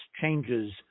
changes